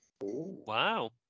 Wow